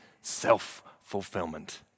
self-fulfillment